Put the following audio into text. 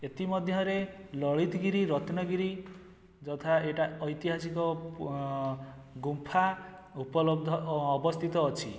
ଏଥି ମଧ୍ୟରେ ଲଳିତଗିରି ରତ୍ନଗିରି ଯଥା ଏଇଟା ଐତିହାସିକ ପୁ ଗୁମ୍ଫା ଉପଲବ୍ଧ ଓ ଅବସ୍ଥିତ ଅଛି